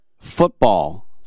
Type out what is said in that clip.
Football